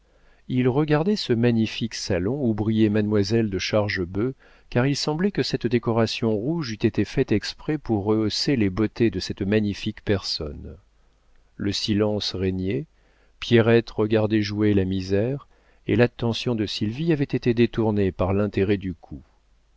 il regardait ce magnifique salon où brillait mademoiselle de chargebœuf car il semblait que cette décoration rouge eût été faite exprès pour rehausser les beautés de cette magnifique personne le silence régnait pierrette regardait jouer la misère et l'attention de sylvie avait été détournée par l'intérêt du coup